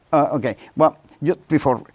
okay, well, you. before, ah.